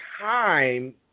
time